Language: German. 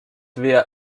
wer